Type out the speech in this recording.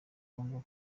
congo